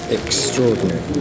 extraordinary